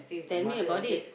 tell me about it